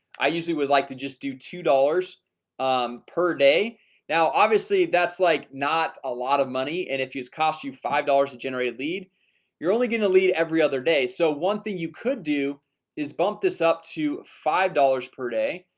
i usually would like to just do two dollars um per day now obviously that's like not a lot of money and if you just cost you five dollars to generate lead you're only going to lead every other day. so one thing you could do is bump this up to five dollars per day,